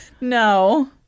no